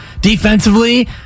Defensively